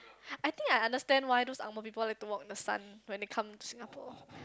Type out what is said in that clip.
I think I understand why those angmoh people like to walk in the sun when they come to Singapore